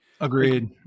Agreed